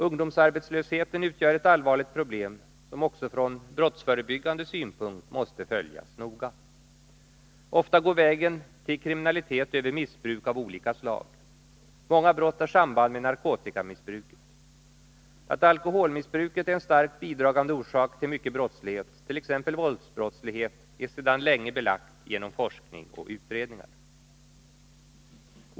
Ungdomsarbetslösheten utgör ett allvarligt problem, som även från brottsförebyggande synpunkt måste följas noga. Ofta går vägen till kriminalitet över missbruk av olika slag. Många brott har samband med narkotikamissbruket. Att alkoholmissbruket är en starkt bidragande orsak till mycken brottslighet, t.ex. våldsbrottslighet, är sedan länge belagt genom forskning och utredningar.